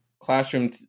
Classroom